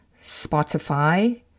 Spotify